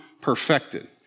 perfected